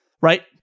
Right